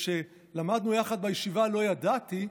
וכשלמדנו יחד בישיבה לא ידעתי,